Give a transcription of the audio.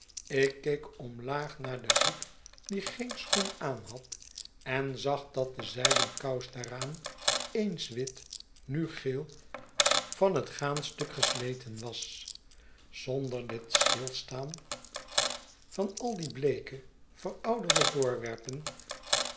ik keek omlaag naar den voet die geen schoen aanhad en zag dat de zijden kous daaraan eens wit nu geel van het gaan stuk gesleten was zonder dit stilstaan van al die bleeke verouderde voorwerpen